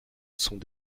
sont